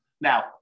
Now